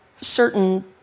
certain